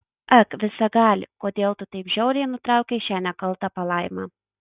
ak visagali kodėl tu taip žiauriai nutraukei šią nekaltą palaimą